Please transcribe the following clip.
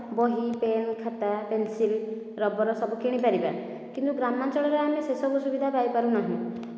ବହି ପେନ୍ ଖାତା ପେନ୍ସିଲ୍ ରବର ସବୁ କିଣି ପାରିବା କିନ୍ତୁ ଗ୍ରାମାଞ୍ଚଳରେ ଆମେ ସେସବୁ ସୁବିଧା ପାଇ ପାରୁନାହୁଁ